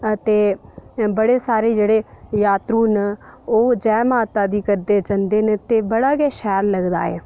ते बड़े सारे जेह्ड़े जात्तरू न ओह् जै माता दी करदे जंदे न ते बड़ा गै शैल लगदा ऐ